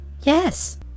Yes